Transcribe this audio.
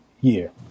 year